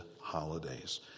holidays